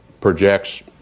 projects